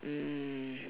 mm